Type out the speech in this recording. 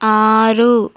ఆరు